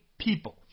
people